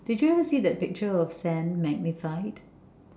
did you ever see that picture of sand magnified